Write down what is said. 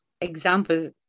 example